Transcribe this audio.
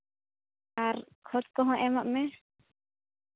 ᱟᱨ ᱠᱷᱚᱛ ᱠᱚᱦᱚᱸ ᱮᱢᱟᱜ ᱢᱮ